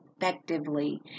effectively